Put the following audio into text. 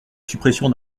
suppression